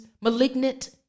malignant